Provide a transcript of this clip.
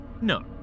No